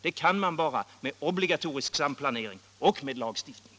Det kan man bara med obligatorisk samplanering och med lagstiftning.